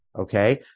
Okay